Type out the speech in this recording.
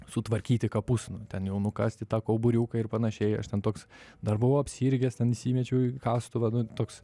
sutvarkyti kapus nu ten jau nukasti tą kauburiuką ir panašiai aš ten toks dar buvau apsirgęs ten įsimečiau į kastuvą nu toks